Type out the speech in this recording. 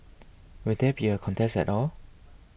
will there be a contest at all